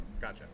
Gotcha